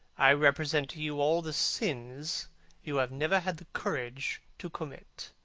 i represent to you all the sins you have never had the courage to commit.